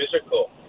physical